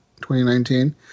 2019